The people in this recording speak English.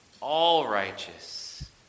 all-righteous